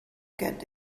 get